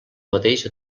mateix